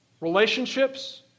relationships